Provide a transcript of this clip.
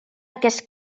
aquest